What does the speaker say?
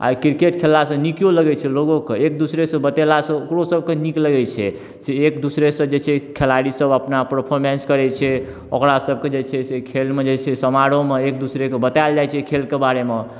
आ क्रिकेट खेललासँ निको लगैत छै लोगो कऽ एक दूसरेसँ बतेलासँ ओकरो सब कऽ नीक लगैत छै से एक दूसरेसँ जे छै खेलाड़ी सब अपना परफॉर्मेन्स करैत छै ओकरासबके जे छै से खेलमे जे छै से समारोहमे एक दूसरेके बताएल जाइत छै अइ खेलके बाड़ेमे